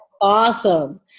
Awesome